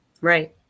Right